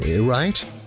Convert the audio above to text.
right